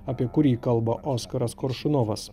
apie kurį kalba oskaras koršunovas